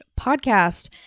podcast